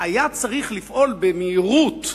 היה צריך לפעול במהירות,